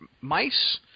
mice